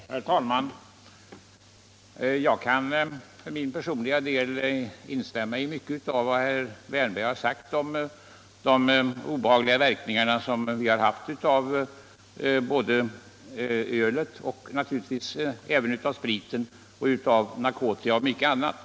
Herr talman! Jag kan för min personliga del instämma i mycket av vad herr Wärnberg sade om de obehagliga verkningarna av mellanöl, sprit, narkotika och mycket annat.